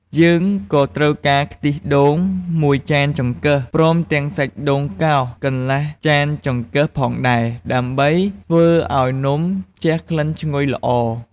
យើងក៏ត្រូវការខ្ទិះដូង ១ ចានចង្កឹះ ព្រមទាំងសាច់ដូងកោស កន្លះចានចង្កឹះផងដែរ ដើម្បីធ្វើឱ្យនំជះក្លិនឈ្ងុយល្អ។